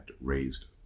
raised